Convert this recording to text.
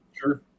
Sure